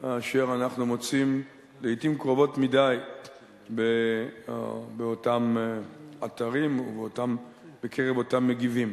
אשר אנחנו מוצאים לעתים קרובות מדי באותם אתרים ובקרב אותם מגיבים.